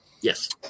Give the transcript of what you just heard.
Yes